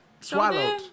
Swallowed